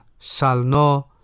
salno